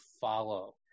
follow